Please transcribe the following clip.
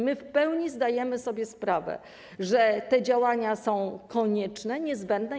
My w pełni zdajemy sobie sprawę z tego, że te działania są konieczne, niezbędne.